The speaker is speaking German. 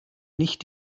nicht